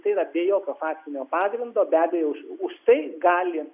tai yra be jokio faktinio pagrindo be abejo už tai gali